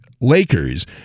Lakers